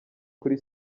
kuri